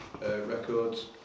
records